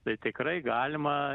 tai tikrai galima